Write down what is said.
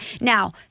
Now